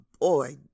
boy